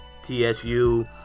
TSU